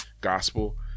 gospel